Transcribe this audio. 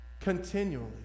Continually